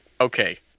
okay